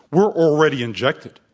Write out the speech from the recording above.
we're already injected.